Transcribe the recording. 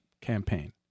campaign